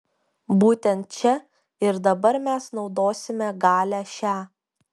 būtent čia ir dabar mes naudosime galią šią